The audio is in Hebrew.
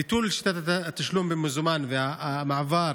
ביטול התשלום במזומן והמעבר